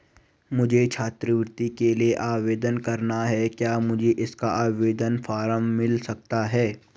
मुझे छात्रवृत्ति के लिए आवेदन करना है क्या मुझे इसका आवेदन फॉर्म मिल सकता है?